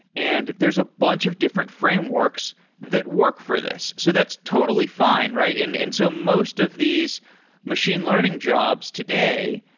and there's a bunch of different frameworks that work for this. so that's totally fine, right? and and so most of these machine learning jobs today,